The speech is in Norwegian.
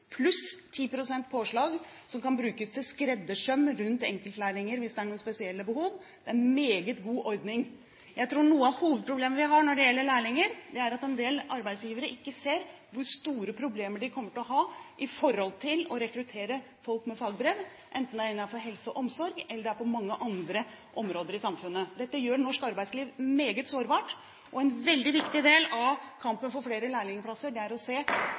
pluss 10 pst. påslag som kan brukes til skreddersøm rundt enkeltlærlinger, hvis det er noen spesielle behov. Det er en meget god ordning. Jeg tror noe av hovedproblemet vi har når det gjelder lærlinger, nok er at en del arbeidsgivere ikke ser hvor store problemer de kommer til å ha med å rekruttere folk med fagbrev, enten det er innenfor helse og omsorg eller på mange andre områder i samfunnet. Dette gjør norsk arbeidsliv meget sårbart, og en veldig viktig del av kampen for flere lærlingplasser er å se